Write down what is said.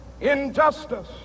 injustice